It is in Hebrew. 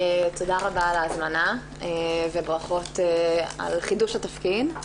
תודה רבה על ההזמנה וברכות על חידוש התפקיד.